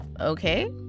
okay